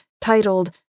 titled